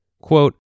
quote